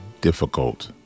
difficult